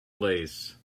lace